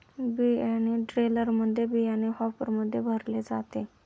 बियाणे ड्रिलमध्ये बियाणे हॉपरमध्ये भरले जाते